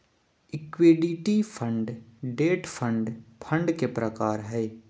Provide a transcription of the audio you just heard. equity fund, debt fund fund के प्रकार हय